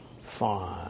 Fine